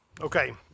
Okay